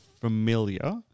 familiar